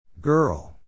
Girl